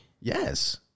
Yes